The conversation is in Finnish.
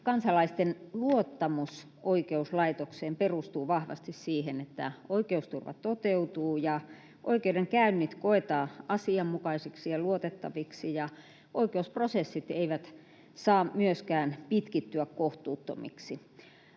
Kansalaisten luottamus oikeuslaitokseen perustuu vahvasti siihen, että oikeusturva toteutuu ja oikeudenkäynnit koetaan asianmukaisiksi ja luotettaviksi. Oikeusprosessit eivät saa myöskään pitkittyä kohtuuttomiksi.